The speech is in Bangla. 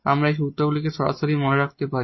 আমরা এই সূত্রগুলিকে সরাসরি মনে রাখতে পারি